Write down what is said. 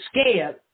scared